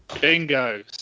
Bingo